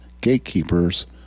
gatekeepers